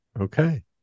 Okay